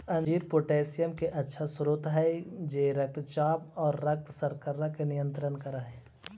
अंजीर पोटेशियम के अच्छा स्रोत हई जे रक्तचाप आउ रक्त शर्करा के नियंत्रित कर हई